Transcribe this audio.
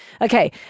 Okay